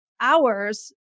hours